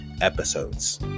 episodes